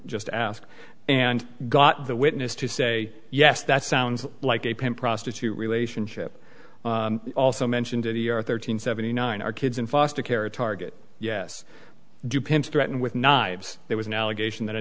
just asked and got the witness to say yes that sounds like a prostitute relationship also mentioned earlier thirteen seventy nine are kids in foster care a target yes do pimps threaten with knives there was an allegation that a